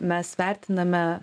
mes vertiname